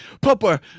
papa